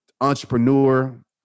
entrepreneur